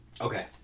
Okay